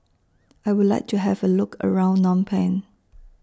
I Would like to Have A Look around Phnom Penh